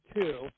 two